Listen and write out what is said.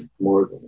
more